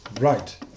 Right